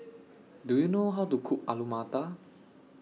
Do YOU know How to Cook Alu Matar